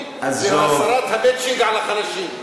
שמתנגדים להסרת המצ'ינג מעל החלשים.